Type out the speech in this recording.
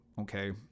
okay